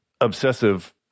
obsessive